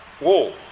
wall